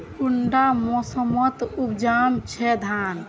कुंडा मोसमोत उपजाम छै धान?